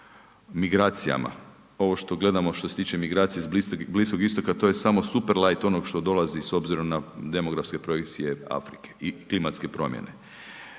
ovo što gledamo što se tiče migracija iz Bliskog Istoka to je samo superlait onoga što dolazi s obzirom na demografske projekcije Afrike i klimatske promjene.